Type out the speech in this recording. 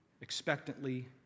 expectantly